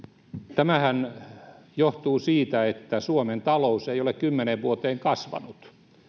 tämähän johtuu siitä että suomen talous ei ole kymmeneen vuoteen kasvanut